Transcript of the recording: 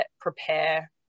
prepare